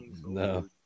No